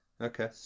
Okay